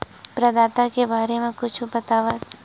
प्रदाता के बारे मा कुछु बतावव?